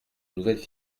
nouvelles